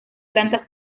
plantas